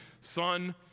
Son